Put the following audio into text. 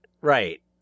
Right